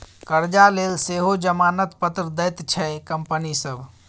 करजा लेल सेहो जमानत पत्र दैत छै कंपनी सभ